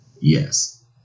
Yes